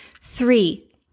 Three